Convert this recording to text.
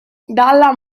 dalla